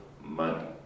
money